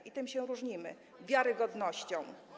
I tym się różnimy - wiarygodnością.